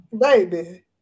Baby